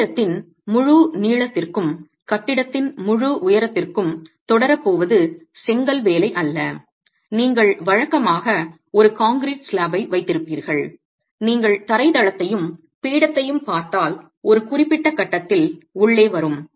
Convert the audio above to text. கட்டிடத்தின் முழு நீளத்திற்கும் கட்டிடத்தின் முழு உயரத்திற்கும் தொடரப் போவது செங்கல் வேலை அல்ல நீங்கள் வழக்கமாக ஒரு கான்கிரீட் ஸ்லாப் வைத்திருப்பீர்கள் நீங்கள் தரை தளத்தையும் பீடத்தையும் பார்த்தால் ஒரு குறிப்பிட்ட கட்டத்தில் உள்ளே வரும்